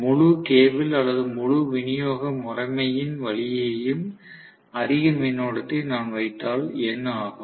முழு கேபிள் அல்லது முழு விநியோக முறைமையின் வழியேயும் அதிக மின்னோட்டத்தை நான் வைத்தால் என்ன ஆகும்